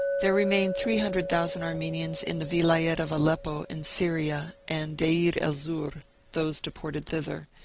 there remain three hundred thousand armenians in the vilayet of aleppo, in syria, and deir-el-zur those de ported thither,